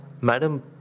Madam